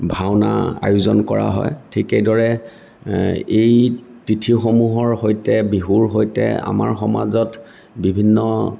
ভাওনাৰ আয়োজন কৰা হয় ঠিক সেইদৰে এই তিথিসমূহৰ সৈতে বিহুৰ সৈতে আমাৰ সমাজত বিভিন্ন